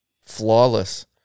Flawless